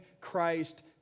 Christ